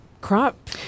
Crop